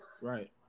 right